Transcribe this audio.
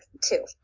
two